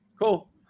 cool